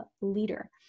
leader